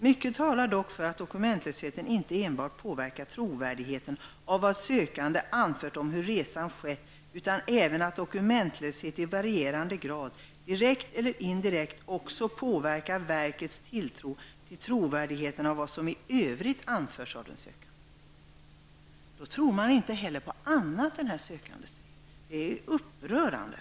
Mycket talar dock för att dokumentlösheten inte enbart påverkar trovärdigheten av vad sökande anfört om hur utresan skett, utan även att dokumentlöshet i varierande grad, direkt eller indirekt, också påverkar verkets tilltro till trovärdigheten av vad som i övrigt anförs av den sökande.'' Man tror alltså inte heller på andra uppgifter som den asylsökande anger. Det är upprörande.